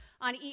On